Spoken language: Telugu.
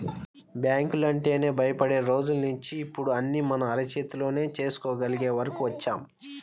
బ్యాంకులంటేనే భయపడే రోజుల్నించి ఇప్పుడు అన్నీ మన అరచేతిలోనే చేసుకోగలిగే వరకు వచ్చాం